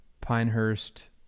Pinehurst